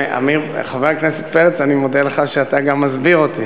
חבר הכנסת פרץ, אני מודה לך שאתה גם מסביר אותי.